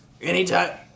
anytime